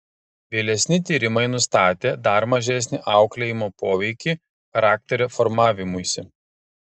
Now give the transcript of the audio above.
vėlesni tyrimai nustatė dar mažesnį auklėjimo poveikį charakterio formavimuisi